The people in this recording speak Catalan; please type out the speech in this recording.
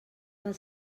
del